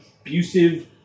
abusive